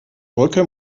brücke